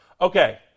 Okay